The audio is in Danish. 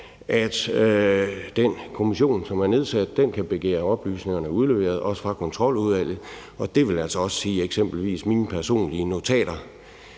at den kommission, som er nedsat, kan begære oplysninger udleveret også fra Kontroludvalget, og det vil altså også eksempelvis sige mine personlige notater.